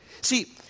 See